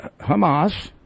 Hamas